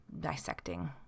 dissecting